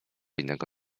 innego